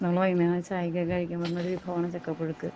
നമ്മൾ വൈകുന്നേരം ചായക്കൊക്കെ കഴിക്കാന് പറ്റണൊരു വിഭവമാണ് ചക്കപ്പുഴുക്ക്